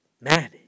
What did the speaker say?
man